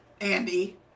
Andy